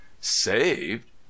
Saved